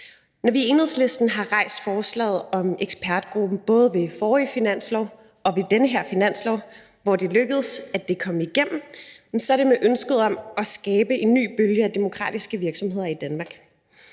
Når vi i Enhedslisten har rejst forslaget om ekspertgruppen både ved den forrige finanslov og ved den her finanslov, hvor det er lykkedes at få det igennem, så er det med ønsket om at skabe en ny bølge af demokratiske virksomheder i Danmark.